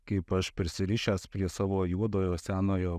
kaip aš prisirišęs prie savo juodojo senojo